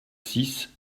six